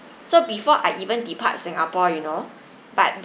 so before I even depart singapore you know but